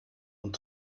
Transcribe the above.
und